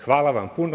Hvala vam puno.